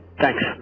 Thanks